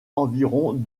environ